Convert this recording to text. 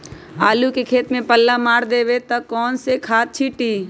आलू के खेत में पल्ला या ठंडा मार देवे पर कौन खाद छींटी?